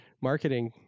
Marketing